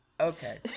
Okay